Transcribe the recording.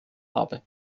habe